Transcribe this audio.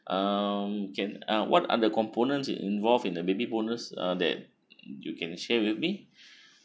um can uh what are the components is involved in a baby bonus uh that you can share with me